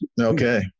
Okay